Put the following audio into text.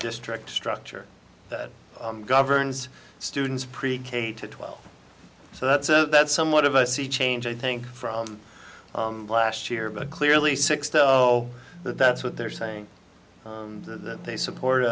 district structure that governs students pre k to twelve so that's a that's somewhat of a sea change i think from last year but clearly sixto that that's what they're saying that they support a